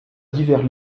divers